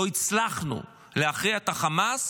לא הצלחנו להכריע את החמאס